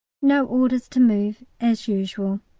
no orders to move, as usual.